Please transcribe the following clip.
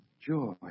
Joy